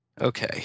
okay